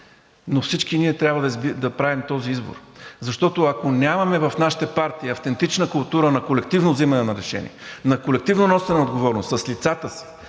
но всички ние трябва да правим този избор, защото, ако нямаме в нашите партии автентична култура на колективно вземане на решение, на колективно носене на отговорност с лицата си